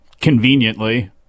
Conveniently